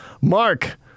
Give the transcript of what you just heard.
Mark